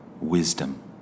wisdom